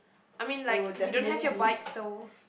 I mean like we don't have your bike so